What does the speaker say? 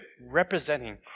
representing